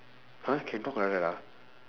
!huh! can talk like that ah